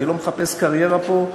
אני לא בא לעשות קריירה פה,